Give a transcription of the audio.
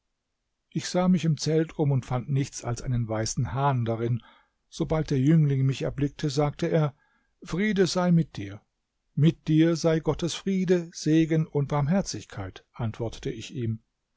ich sah mich im zelt um und fand nichts als einen weißen hahn darin sobald der jüngling mich erblickte sagte er friede sei mit dir mit dir sei gottes friede segen und barmherzigkeit antwortete ich ihm